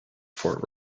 fort